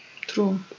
true